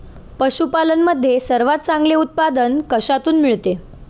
पशूपालन मध्ये सर्वात चांगले उत्पादन कशातून मिळते?